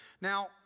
Now